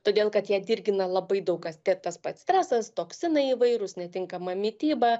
todėl kad ją dirgina labai daug kas tiek tas pats stresas toksinai įvairūs netinkama mityba